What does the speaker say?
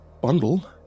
bundle